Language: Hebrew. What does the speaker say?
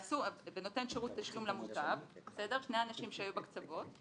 "ונותן שרות תשלום למוטב" שני אנשים שהיו בקצוות,